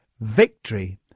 Victory